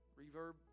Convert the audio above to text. reverb